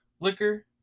liquor